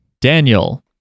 Daniel